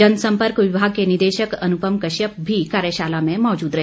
जनसम्पर्क विभाग के निदेशक अनुपम कश्यप भी कार्यशाला में मौजूद रहे